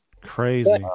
crazy